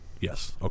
Yes